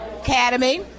Academy